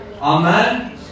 Amen